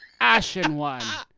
ashen one!